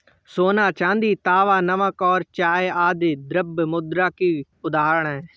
सोना, चांदी, तांबा, नमक और चाय आदि द्रव्य मुद्रा की उदाहरण हैं